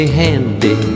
handy